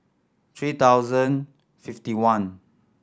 three thousand fifty one